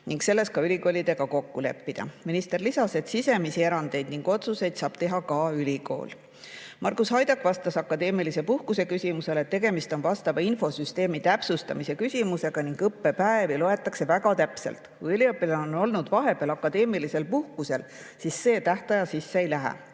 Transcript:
ning selles ka ülikoolidega kokku leppida. Minister lisas, et sisemisi erandeid ning otsuseid saab teha ka ülikool. Margus Haidak vastas akadeemilise puhkuse küsimusele, et tegemist on vastava infosüsteemi täpsustamise küsimusega ning õppepäevi loetakse väga täpselt. Kui üliõpilane on olnud vahepeal akadeemilisel puhkusel, siis see tähtaja sisse ei lähe.